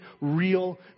real